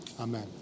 amen